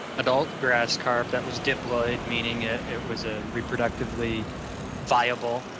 adult grass carp that was diploid, meaning it was a reproductively viable,